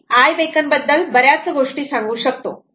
मी iBeacon बद्दल बऱ्याच गोष्टी सांगू शकतो